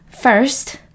First